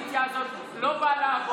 האופוזיציה הזאת לא באה לעבוד,